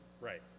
Right